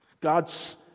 God's